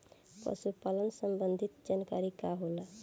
पशु पालन संबंधी जानकारी का होला?